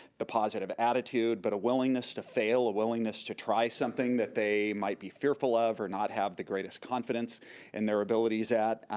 the positive attitude, but a willingness to fail, a willingness to try something that they might be fearful of or not have the greatest confidence in their abilities at,